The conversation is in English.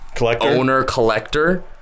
owner-collector